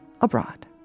Abroad